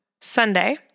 Sunday